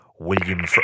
William